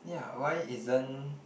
yeah why isn't